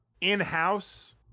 in-house